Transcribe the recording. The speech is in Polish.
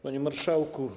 Panie Marszałku!